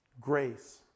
Grace